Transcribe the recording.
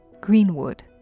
Greenwood